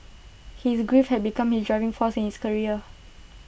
his grief had become his driving force in his career